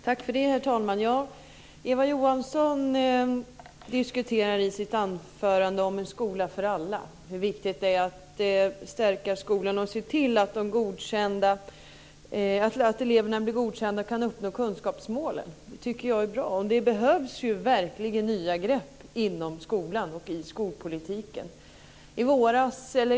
Herr talman! Eva Johansson talar i sitt anförande om en skola för alla, hur viktigt det är att stärka skolan och se till eleverna blir godkända och kan uppnå kunskapsmålen. Det tycker jag är bra. Det behövs verkligen nya grepp inom skolan och i skolpolitiken.